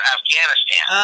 Afghanistan